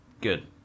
good